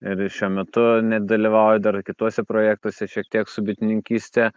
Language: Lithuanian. ir šiuo metu ne dalyvauju dar kituose projektuose šiek tiek su bitininkyste